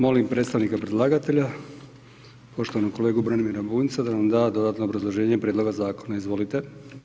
Molim predstavnika predlagatelja, poštovanog kolegu Branimira Bunjca da nam da dodatno obrazloženje prijedloga zakona, izvolite.